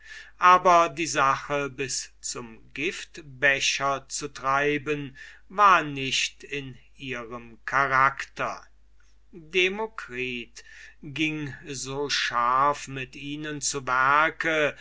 aber die sache bis zum giftbecher zu treiben war nicht in ihrem charakter demokritus ging so scharf mit ihnen zu